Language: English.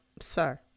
sir